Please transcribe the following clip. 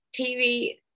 TV